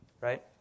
right